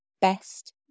best